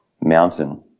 mountain